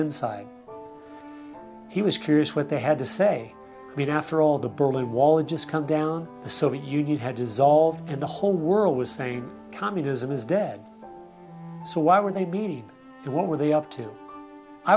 inside he was curious what they had to say we'd after all the berlin wall and just come down the soviet union had dissolved and the whole world was saying communism is dead so why were they mean what were they up to i